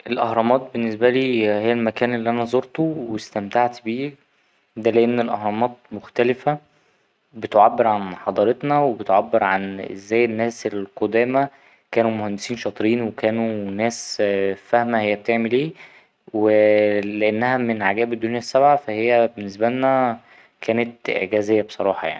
الأهرامات بالنسبالي هي المكان اللي أنا زورته واستمتعت بيه ده لأن الأهرامات مختلفة بتعبر عن حضارتنا وبتعبر عن ازاي الناس القدامى كانوا مهندسين شاطرين وكانوا ناس فاهمة هي بتعمل ايه و لأنها من عجائب الدنيا السبعة فا هي بالنسبالنا كانت إعجازية بصراحة يعني.